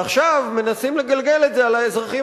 ועכשיו מנסים לגלגל את זה על האזרחים